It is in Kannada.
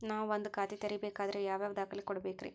ನಾನ ಒಂದ್ ಖಾತೆ ತೆರಿಬೇಕಾದ್ರೆ ಯಾವ್ಯಾವ ದಾಖಲೆ ಕೊಡ್ಬೇಕ್ರಿ?